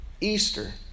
Easter